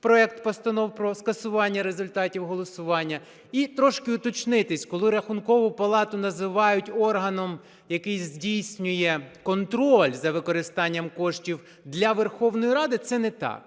проект Постанови про скасування результатів голосування. І трішки уточнитись, коли Рахункову палату називають органом, який здійснює контроль за використанням коштів для Верховної Ради, це не так.